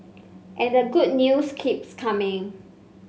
and the good news keeps coming